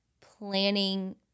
planning